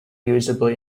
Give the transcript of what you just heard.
usable